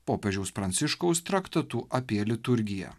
popiežiaus pranciškaus traktatu apie liturgiją